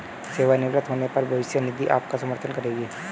सेवानिवृत्त होने पर भविष्य निधि आपका समर्थन करेगी